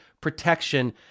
protection